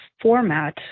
format